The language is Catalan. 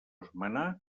esmenar